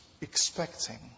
expecting